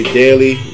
daily